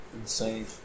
Insane